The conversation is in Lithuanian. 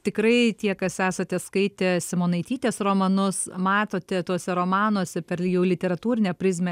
tikrai tie kas esate skaitę simonaitytės romanus matote tuose romanuose per jau literatūrinę prizmę